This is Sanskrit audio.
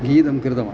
गीतं कृतवान्